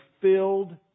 filled